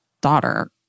daughter